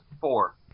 Four